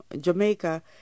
Jamaica